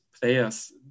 players